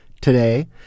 today